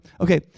Okay